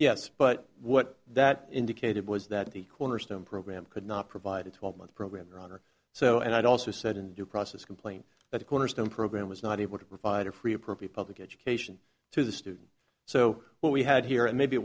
yes but what that indicated was that the cornerstone program could not provide a twelve month program run or so and i'd also said in due process complain that the cornerstone program was not able to provide a free appropriate public education to the student so what we had here and maybe it